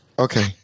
Okay